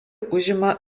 užima